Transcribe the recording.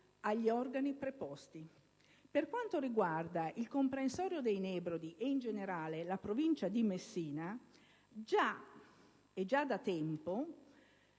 agli organi preposti. Per quanto riguarda il comprensorio dei Nebrodi e in generale la Provincia di Messina, già da tempo